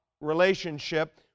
relationship